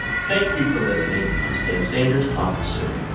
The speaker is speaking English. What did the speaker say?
thank you for listening. i'm sam sanders. talk soon